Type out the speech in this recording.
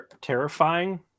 Terrifying